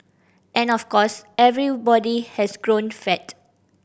and of course everybody has grown fat